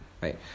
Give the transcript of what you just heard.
Right